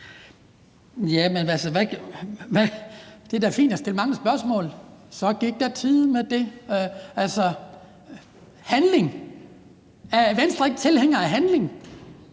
det er da fint at stille mange spørgsmål. Altså: »Så gik der tid med det!« Handling, er Venstre ikke tilhænger af handling?